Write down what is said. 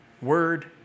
Word